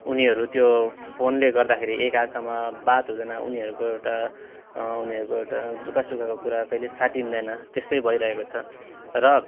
उनीहरू त्यो फोनले गर्दाखेरि एकाअर्कामा बात हुँदैन उनीहरूको एउटा उनीहरूको एउटा दुःखसुखको कुरा कहिले साटिँदैन त्यस्तै भइरहेको छ र